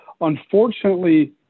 Unfortunately